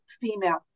female